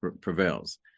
prevails